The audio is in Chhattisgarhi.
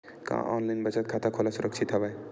का ऑनलाइन बचत खाता खोला सुरक्षित हवय?